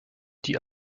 die